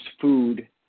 food